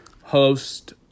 host